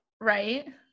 Right